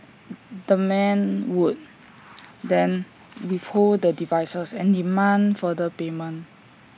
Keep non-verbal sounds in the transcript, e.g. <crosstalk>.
the men would <noise> then withhold the devices and demand further payment